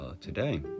today